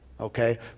Okay